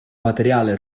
materiale